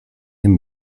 jem